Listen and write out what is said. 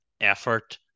effort